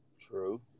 true